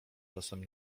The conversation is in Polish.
czasem